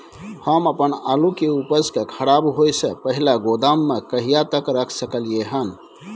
हम अपन आलू के उपज के खराब होय से पहिले गोदाम में कहिया तक रख सकलियै हन?